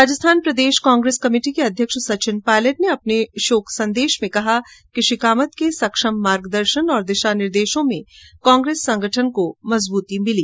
राजस्थान प्रदेश कांग्रेस कमेटी के अध्यक्ष सचिन पायलट ने अपने शोक संदेश में कहा कि श्री कामत के सक्षम मार्गदर्शन और दिशा निर्देश में कांग्रेस संगठन को मजबूती मिली